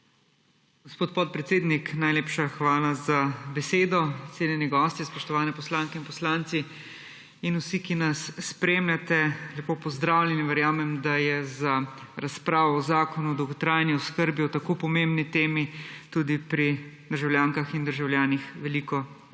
Gospod podpredsednik, najlepša hvala za besedo. Cenjeni gostje, spoštovane poslanke in poslanci in vsi, ki nas spremljate, lepo pozdravljeni! Verjamem, da je za razpravo o zakonu o dolgotrajni oskrbi, o tako pomembni temi tudi pri državljankah in državljanih veliko